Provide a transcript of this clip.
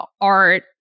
art